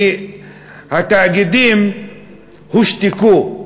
כי התאגידים הושתקו,